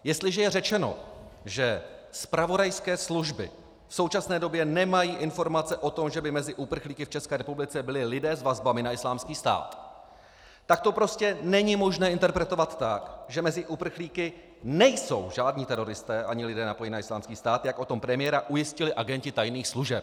Jestliže je řečeno, že zpravodajské služby v současné době nemají informace o tom, že by mezi uprchlíky v České republice byli lidé s vazbami na Islámský stát, tak to prostě není možné interpretovat tak, že mezi uprchlíky nejsou žádní teroristé ani lidé napojení na Islámský stát, jak o tom premiéra ujistili agenti tajných služeb.